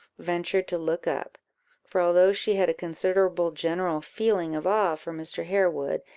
ventured to look up for although she had a considerable general feeling of awe for mr. harewood,